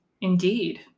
Indeed